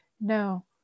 no